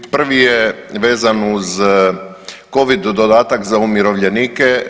Prvi je vezan uz covid dodatak za umirovljenike.